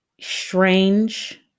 strange